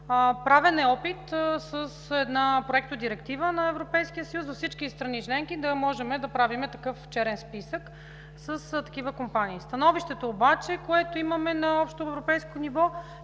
Правен е опит с една проектодиректива на Европейския съюз във всички страни членки да можем да правим черен списък с такива компании. Становището обаче, което имаме на общоевропейско ниво,